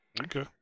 Okay